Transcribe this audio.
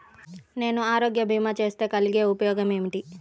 నేను ఆరోగ్య భీమా చేస్తే కలిగే ఉపయోగమేమిటీ?